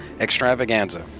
extravaganza